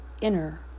Inner